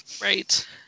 Right